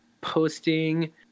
posting